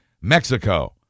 Mexico